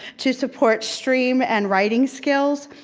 to support stream and writing skills.